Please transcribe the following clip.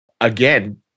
again